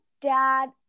dad